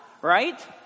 right